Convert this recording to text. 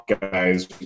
Guys